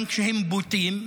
גם כשהם בוטים,